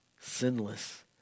sinless